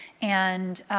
and,